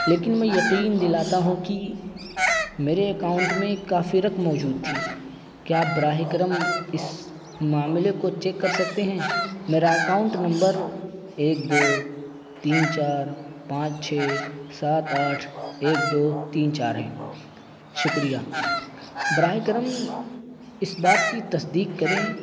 لیکن میں یقین دلاتا ہوں کہ میرے اکاؤنٹ میں کافی رت موجود تھی کیا آپ براہ کرم اس معاملے کو چیک کر سکتے ہیں میرا اکاؤنٹ نمبر ایک دو تین چار پانچ چھ سات آٹھ ایک دو تین چار ہے شکریہ براہ کرم اس بات کی تصدیق کریں